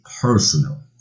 personal